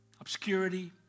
obscurity